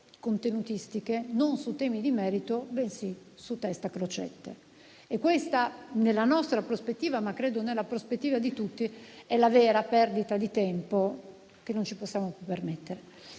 contenutistiche, non su temi di merito, bensì su test a crocetta e questa, nella nostra prospettiva ma credo nella prospettiva di tutti, è la vera perdita di tempo che non ci possiamo più permettere.